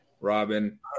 Robin